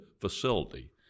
facility